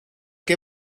que